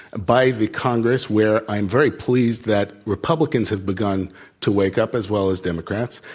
by the congress where i am very pleased that republicans have begun to wake up as well as democrats,